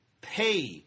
pay